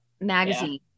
magazine